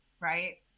right